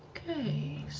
okay,